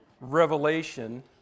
Revelation